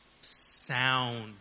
sound